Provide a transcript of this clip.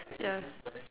ya